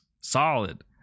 Solid